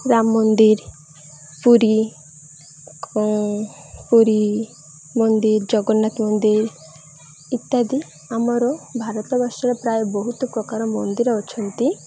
ରାମ ମନ୍ଦିର ପୁରୀ ପୁରୀ ମନ୍ଦିର ଜଗନ୍ନାଥ ମନ୍ଦିର ଇତ୍ୟାଦି ଆମର ଭାରତ ବର୍ଷରେ ପ୍ରାୟ ବହୁତ ପ୍ରକାର ମନ୍ଦିର ଅଛନ୍ତି